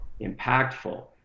impactful